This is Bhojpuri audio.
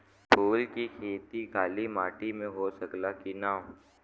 फूल के खेती काली माटी में हो सकेला की ना?